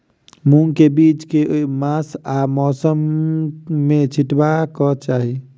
मूंग केँ बीज केँ मास आ मौसम मे छिटबाक चाहि?